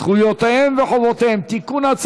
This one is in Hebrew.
זכויותיהם וחובותיהם (תיקון,